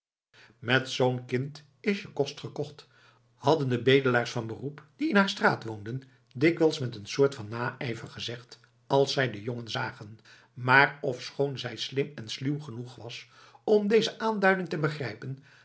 met zoo'n kind is je kost gekocht hadden de bedelaars van beroep die in haar straat woonden dikwijls met een soort van naijver gezegd als zij den jongen zagen maar ofschoon zij slim en sluw genoeg was om deze aanduiding te begrijpen